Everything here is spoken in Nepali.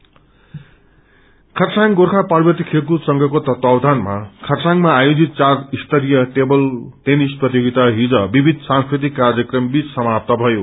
टेबल टेनिस खरसाङ गोर्खा पार्वतीय खेलकूद संषको तत्वावधानमा खरसाङमा आयोजित चार स्तरीय टेबल टेनिस प्रतियोगिता हिज विविध सांस्कृतिक कार्यक्रम बीच समाप्त भयो